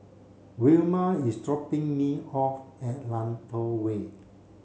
Wilma is dropping me off at Lentor Way